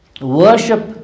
worship